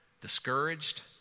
discouraged